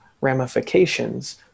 ramifications